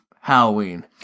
Halloween